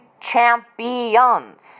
Champions